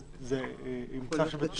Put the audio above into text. זה עם צו של בית משפט?